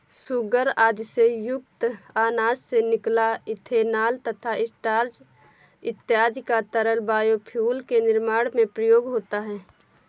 sugar आदि से युक्त अनाज से निकला इथेनॉल तथा स्टार्च इत्यादि का तरल बायोफ्यूल के निर्माण में प्रयोग होता है